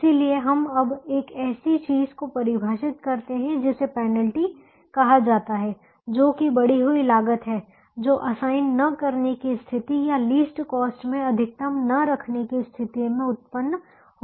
इसलिए हम अब एक ऐसी चीज़ को परिभाषित करते हैं जिसे पेनल्टी कहा जाता है जो कि बढ़ी हुई लागत है जो असाइन न करके की स्थिति या लीस्ट कॉस्ट में अधिकतम ना रखने की स्थिति में उत्पन्न होती हैं